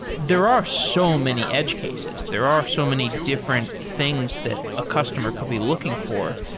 there are so many edge cases. there are so many different things that a customer could be looking for.